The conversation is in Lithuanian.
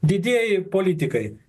didieji politikai